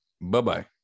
Bye-bye